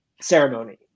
ceremony